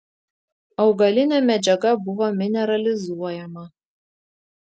augalinė medžiaga buvo mineralizuojama